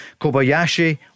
Kobayashi